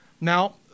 Now